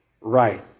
right